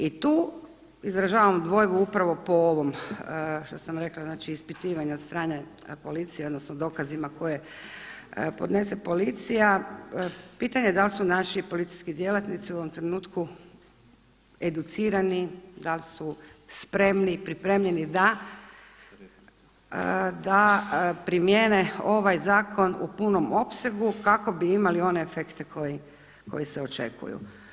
I tu izražavam dvojbu upravo po ovom što sam rekla znači ispitivanje od strane policije odnosno dokazima koje podnese policija, pitanje da li su naši policijski djelatnici u ovom trenutku educirani, da li su spremni, pripremljeni da primjene ovaj zakon u punom opsegu kako bi imali one efekte koji se očekuju.